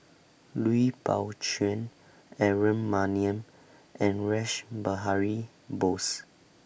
Lui Pao Chuen Aaron Maniam and Rash Behari Bose